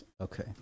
Okay